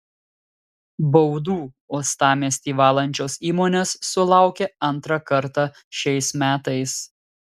baudų uostamiestį valančios įmonės sulaukia antrą kartą šiais metais